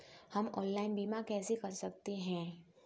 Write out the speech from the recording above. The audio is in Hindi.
हम ऑनलाइन बीमा कैसे कर सकते हैं?